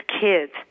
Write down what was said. kids